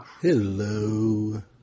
Hello